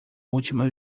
última